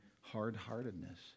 hard-heartedness